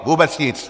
Vůbec nic!